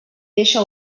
deixa